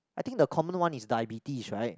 I think the common one is diabetes right